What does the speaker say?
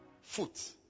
Foot